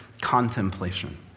contemplation